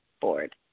board